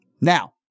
Now